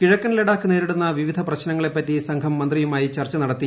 കിഴക്കൻ ലഡാക്ക് നേരിടുന്ന വിവിധ പ്രശ്നങ്ങളെപ്പറ്റി സംഘം മന്ത്രിയുമായി ചർച്ച നടത്തി